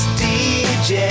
dj